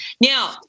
Now